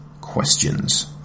questions